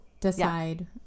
decide